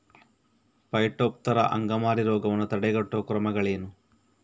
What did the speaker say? Phytophthora ಅಂಗಮಾರಿ ರೋಗವನ್ನು ತಡೆಗಟ್ಟುವ ಕ್ರಮಗಳೇನು?